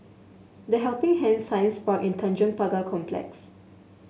The Helping Hand Science Park and Tanjong Pagar Complex